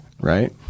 right